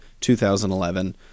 2011